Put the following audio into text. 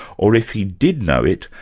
or if he did know it,